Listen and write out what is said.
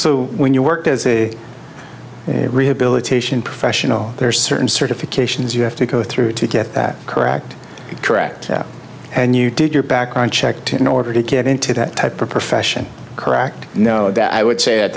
so when you worked as a rehabilitation professional there are certain certifications you have to go through to get that correct correct and you did your background checked in order to get into that type of profession cracked no doubt i would say